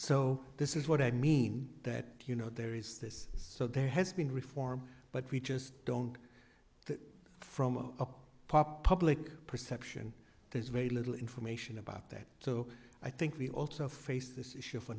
so this is what i mean that you know there is this so there has been reform but we just don't that from a public perception there's very little information about that so i think we also face this issue for